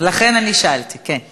לכן אני שאלתי, כן.